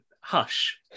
hush